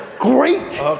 Great